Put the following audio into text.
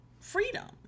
freedom